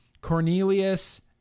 Cornelius